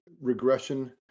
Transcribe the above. regression